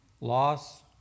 loss